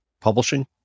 publishing